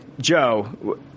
Joe